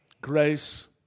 grace